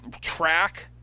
track